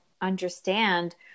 understand